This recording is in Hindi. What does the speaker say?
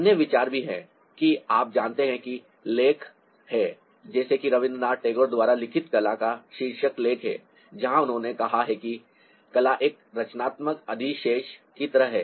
अन्य विचार भी हैं कि आप जानते हैं कि लेख हैं जैसे कि रवींद्रनाथ टैगोर द्वारा लिखित कला का शीर्षक लेख है जहां उन्होंने कहा कि कला एक रचनात्मक अधिशेष की तरह है